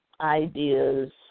ideas